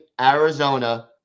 Arizona